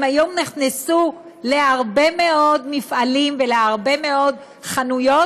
היום נכנסו להרבה מאוד מפעלים ולהרבה מאוד חנויות,